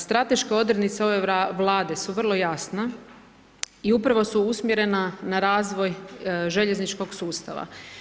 Strateške odrednice ove Vlade su vrlo jasna i upravo su usmjerena na razvoj željezničkog sustava.